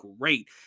great